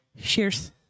Cheers